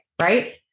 right